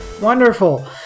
Wonderful